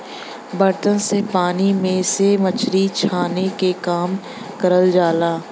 बर्तन से पानी में से मछरी छाने के काम करल जाला